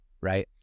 Right